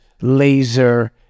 laser